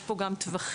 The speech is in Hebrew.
יש פה גם טווחים.